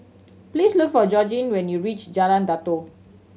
please look for Georgine when you reach Jalan Datoh